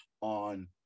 on